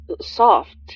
Soft